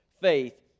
faith